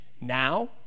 Now